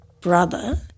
brother